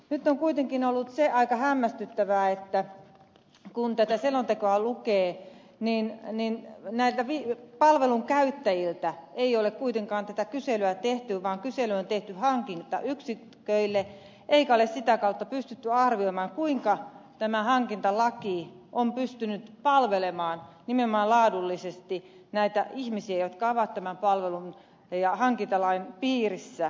nyt on kuitenkin ollut se aika hämmästyttävää että kun tätä selontekoa lukee niin palvelun käyttäjille ei ole kuitenkaan kyselyä tehty vaan kysely on tehty hankintayksiköille eikä ole sitä kautta pystytty arvioimaan kuinka tämä hankintalaki on pystynyt palvelemaan nimenomaan laadullisesti näitä ihmisiä jotka ovat tämän palvelun ja hankintalain piirissä